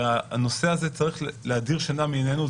הנושא הזה צריך להדיר שינה מעינינו.